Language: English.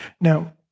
Now